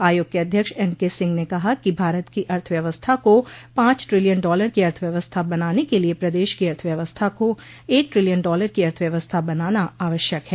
आयोग के अध्यक्ष एनके सिंह ने कहा कि भारत की अर्थव्यवस्था को पांच ट्रिलियन डॉलर की अर्थव्यवस्था बनाने के लिए प्रदेश की अर्थव्यवस्था को एक ट्रिलियन डॉलर की अर्थव्यवस्था बनाना आवश्यक है